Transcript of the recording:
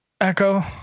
echo